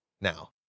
Now